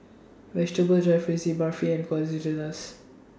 Vegetable Jalfrezi Barfi and Quesadillas